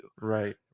right